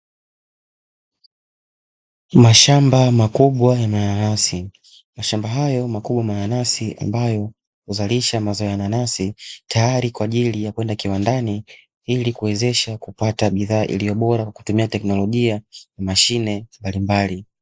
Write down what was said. Mashamba makubwa ya mananasi, mashamba hayo makubwa ya mananasi, ambayo huzalisha mazao ya nanasi tayari kwa ajili ya kwenda kiwandani ili kuwezeshwa kupata bidhaa iliyo bora kwa kutumia teknolojia ya mashine mbalimbali.